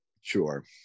Sure